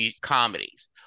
comedies